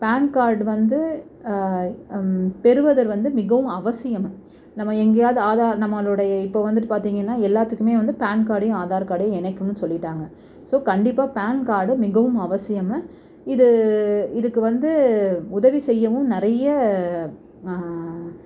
pan card வந்து பெறுவது வந்து மிகவும் அவசியம் நம்ம எங்கேயாது ஆதார் நம்மளுடைய இப்போ வந்துட்டு பார்த்தீங்கன்னா எல்லாத்துக்குமே வந்து பேன் கார்டையும் ஆதார் கார்டையும் இணைக்கணுன்னு சொல்லிவிட்டாங்க ஸோ கண்டிப்பாக பேன் கார்டு மிகவும் அவசியம் இது இதுக்கு வந்து உதவி செய்யவும் நிறைய